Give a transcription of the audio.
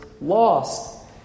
lost